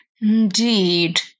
Indeed